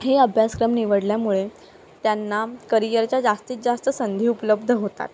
हे अभ्यासक्रम निवडल्यामुळे त्यांना करिअरच्या जास्तीत जास्त संधी उपलब्ध होतात